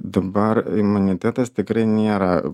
dabar imunitetas tikrai nėra